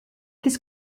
this